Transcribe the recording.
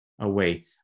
away